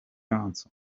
answer